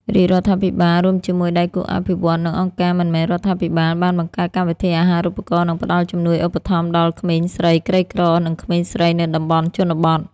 រាជរដ្ឋាភិបាល រួមជាមួយដៃគូអភិវឌ្ឍន៍ និងអង្គការមិនមែនរដ្ឋាភិបាល បានបង្កើតកម្មវិធីអាហារូបករណ៍និងផ្តល់ជំនួយឧបត្ថម្ភដល់ក្មេងស្រីក្រីក្រ និងក្មេងស្រីនៅតំបន់ជនបទ។